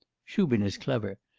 shubin is clever,